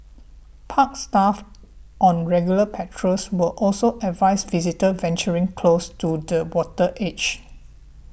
park staff on regular patrols will also advise visitors venturing close to the water's edge